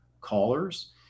callers